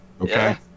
Okay